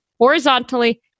horizontally